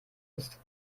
ist